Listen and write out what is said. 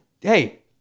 Hey